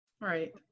right